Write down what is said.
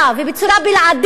ובצורה בלעדית,